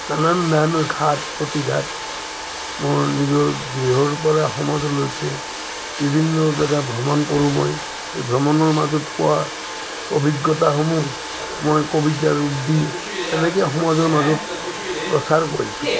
নানান ধৰণৰ ঘাত প্ৰতিঘাত মোৰ নিজৰ গৃহৰ পৰা সমাজলৈকে বিভিন্ন জেগা ভ্ৰমণ কৰোঁ মই এই ভ্ৰমণৰ মাজত পোৱা অভিজ্ঞতাসমূহ মই কবিতা ৰূপ দি তেনেকৈ সমাজৰ মাজত প্ৰচাৰ কৰিছোঁ